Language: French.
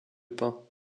pins